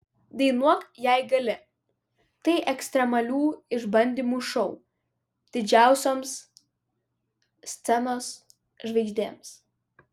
dainuok jei gali tai ekstremalių išbandymų šou didžiausioms scenos žvaigždėms